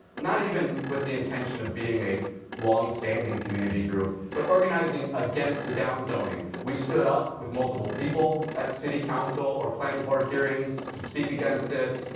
not even with the intention of being a long standing community group, but organizing against the down zoning. we stood up with multiple people at city council or planning board hearings to speak against it.